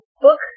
book